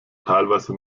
teilweise